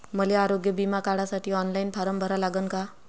मले आरोग्य बिमा काढासाठी ऑनलाईन फारम भरा लागन का?